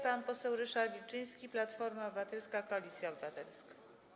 Pan poseł Ryszard Wilczyński, Platforma Obywatelska - Koalicja Obywatelska.